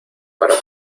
para